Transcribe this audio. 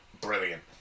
brilliant